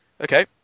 okay